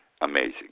Amazing